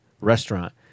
restaurant